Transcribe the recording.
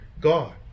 God